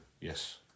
Yes